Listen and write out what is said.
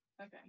Okay